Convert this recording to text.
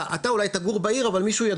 אתה אולי תגור בעיר אבל מישהו יגור באוהל.